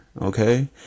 okay